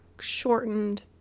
shortened